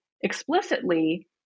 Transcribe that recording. explicitly